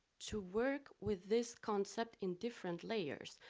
to work with this concept in different layers,